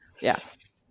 Yes